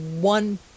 one